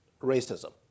racism